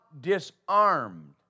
disarmed